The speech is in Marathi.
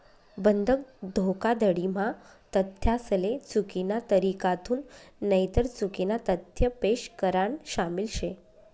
बंधक धोखाधडी म्हा तथ्यासले चुकीना तरीकाथून नईतर चुकीना तथ्य पेश करान शामिल शे